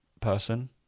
person